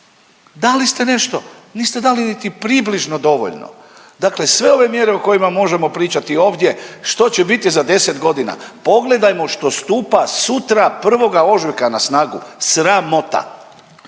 Da li ste nešto? Niste dali niti približno dovoljno. Dakle sve ove mjere o kojima možemo pričati ovdje, što će biti za 10 godina? Pogledajmo što stupa sutra, 1. ožujka na snagu. Sramota!